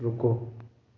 रुको